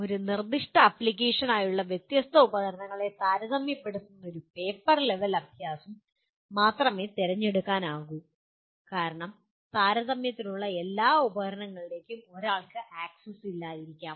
ഒരു നിർദ്ദിഷ്ട ആപ്ലിക്കേഷനായുള്ള വ്യത്യസ്ത ഉപകരണങ്ങളെ താരതമ്യപ്പെടുത്തുന്ന പേപ്പർ ലെവൽ അഭ്യാസം മാത്രമേ തിരഞ്ഞെടുക്കാനാകൂ കാരണം താരതമ്യത്തിനുള്ള എല്ലാ ഉപകരണങ്ങളിലേക്കും ഒരാൾക്ക് ആക്സസ് ഇല്ലായിരിക്കാം